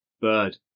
bird